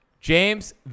James